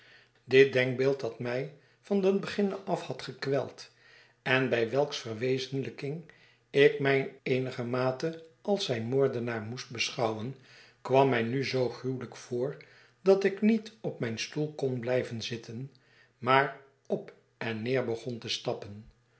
dit denkbeeld dat mij van den beginne af had gekweld en bij welks verwezenlijking ik mij eenigermate als zijn moordenaar moest beschouwen kwam mij nu zoo gruwelijk voor dat ik niet op mijn stoel kon blijven zitten maar op en neer begon te stappen